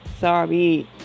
sorry